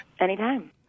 Anytime